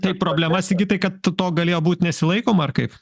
tai problema sigitai kad tu to galėjo būt nesilaikoma ar kaip